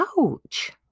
Ouch